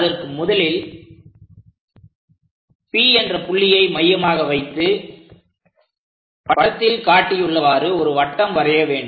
அதற்கு முதலில் P என்ற புள்ளியை மையமாக வைத்து படத்தில் காட்டியுள்ளவாறு ஒரு வட்டம் வரைய வேண்டும்